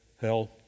hell